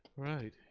right.